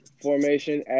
formation